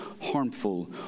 harmful